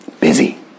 Busy